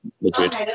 Madrid